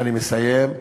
אני מסיים.